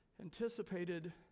anticipated